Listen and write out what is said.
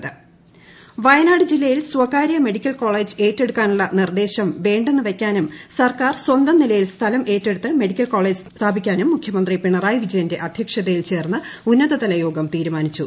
Wayanad medical college Wayanad ജില്ലയിൽ സ്വകാര്യ medical college ഏറ്റെടുക്കാനുള്ള നിർദേശം വേണ്ടെന്ന് വയ്ക്കാനും സർക്കാർ സ്വന്തം നിലയിൽ സ്ഥലം ഏറ്റെടുത്ത് മെഡിക്കൽ കോളേജ് സ്ഥാപിക്കാനും മുഖ്യമന്ത്രി പിണറായി വിജയന്റെ അധ്യക്ഷതയിൽ ചേർന്ന ഉന്നതതല യോഗം തീരുമാനിച്ചു